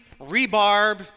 rebarb